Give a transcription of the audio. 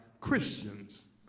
Christians